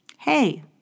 Hey